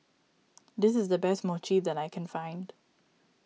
this is the best Mochi that I can find